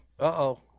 Uh-oh